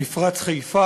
מפרץ חיפה,